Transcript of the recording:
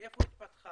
ומאיפה היא התפתחה